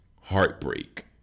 heartbreak